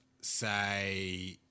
say